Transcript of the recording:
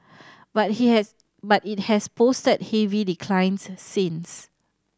but he has but it has posted heavy declines since